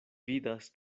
vidas